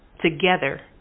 Together